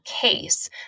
case